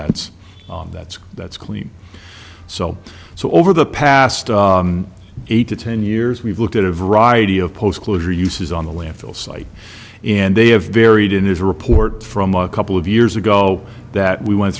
that's that's that's clean so so over the past eight to ten years we've looked at a variety of post closure uses on the landfill site and they have varied in his report from a couple of years ago that we went